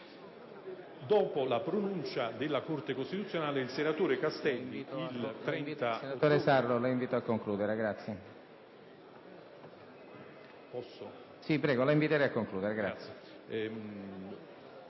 Dopo la pronuncia della Corte costituzionale il senatore Castelli